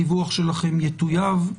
הדיווח שלכם יטויב,